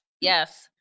Yes